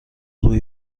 روی